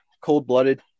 cold-blooded